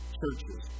churches